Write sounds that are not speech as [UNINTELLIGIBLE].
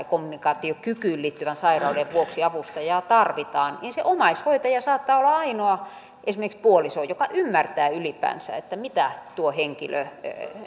[UNINTELLIGIBLE] kommunikaatiokykyyn liittyvän sairauden vuoksi avustajaa tarvitaan niin se omaishoitaja esimerkiksi puoliso saattaa olla ainoa joka ylipäänsä ymmärtää mitä tuo henkilö